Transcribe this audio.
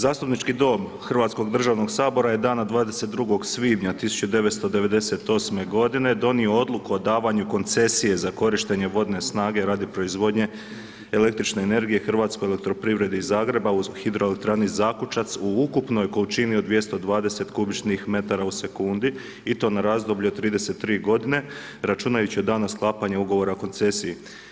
Zastupnički dom Hrvatskog državnog sabora je dana 22. svibnja 1998. godine donio odluku o davanju koncesije za korištenje vodne snage radi proizvodnje električne energije HEP-u iz Zagreba u HE Zakučac u ukupnoj količini od 220 kubičnih metara u sekundi i to na razdoblje od 33 godine, računajući od danas sklapanja ugovora o koncesiji.